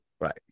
right